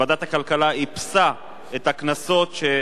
ועדת הכלכלה איפסה את הקנסות,